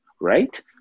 right